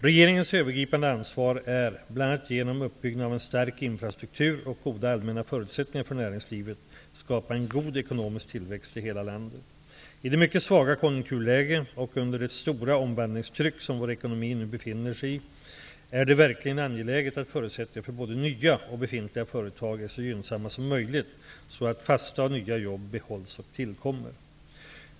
Regeringens övergripande ansvar är att, bl.a. genom uppbyggnad av en stark infrastruktur och goda allmänna förutsättningar för näringslivet, skapa en god ekonomisk tillväxt i hela landet. I det mycket svaga konjunkturläge och under det stora omvandlingstryck som vår ekonomi nu befinner sig i, är det verkligen angeläget att förutsättningarna för både nya och befintliga företag är så gynnsamma som möjligt, så att fasta och nya jobb behålls och tillkommer.